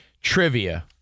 trivia